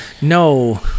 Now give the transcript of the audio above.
no